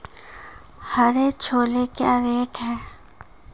हरे छोले क्या रेट हैं?